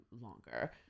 longer